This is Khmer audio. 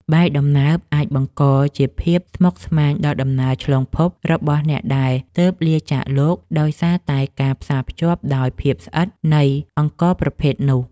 បាយដំណើបអាចបង្កជាភាពស្មុគស្មាញដល់ដំណើរឆ្លងភពរបស់អ្នកដែលទើបលាចាកលោកដោយសារតែការផ្សារភ្ជាប់ដោយភាពស្អិតនៃអង្ករប្រភេទនោះ។